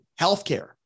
healthcare